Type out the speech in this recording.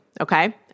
Okay